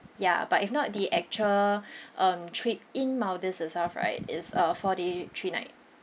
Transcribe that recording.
ya but if not the actual um trip in maldives itself right is uh four day three night